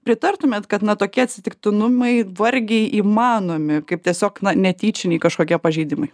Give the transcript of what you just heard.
pritartumėt kad na tokie atsitiktinumai vargiai įmanomi kaip tiesiog na netyčiniai kažkokie pažeidimai